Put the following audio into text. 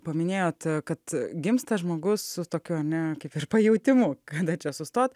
paminėjot kad gimsta žmogus su tokiu ne kaip ir pajautimu kada čia sustot